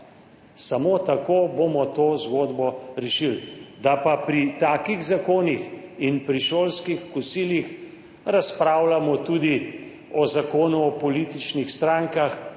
Samo tako bomo to zgodbo rešili. Da pa pri takih zakonih in pri šolskih kosilih razpravljamo tudi o Zakonu o političnih strankah,